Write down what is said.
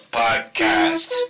podcast